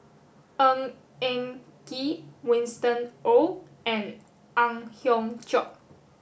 Ng Eng Kee Winston Oh and Ang Hiong Chiok